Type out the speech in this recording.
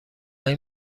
این